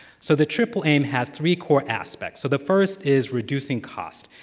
so the triple aim has three core aspects. so the first is reducing cost.